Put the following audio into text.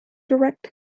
direct